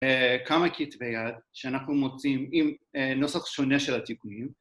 כמה כתבי יד שאנחנו מוצאים עם נוסח שונה של התיקונים